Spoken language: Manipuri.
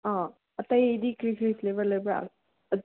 ꯑꯥ ꯑꯇꯩꯗꯤ ꯀꯔꯤ ꯀꯔꯤ ꯐ꯭ꯂꯦꯕꯔ ꯂꯩꯕ꯭ꯔꯥ